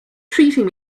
treating